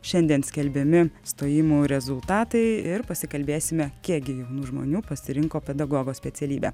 šiandien skelbiami stojimų rezultatai ir pasikalbėsime kiekgi žmonių pasirinko pedagogo specialybę